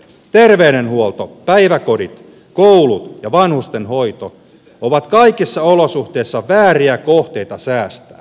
terveydenhuolto päiväkodit koulut ja vanhustenhoito ovat kaikissa olosuhteissa vääriä kohteita säästää